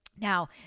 now